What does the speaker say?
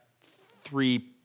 three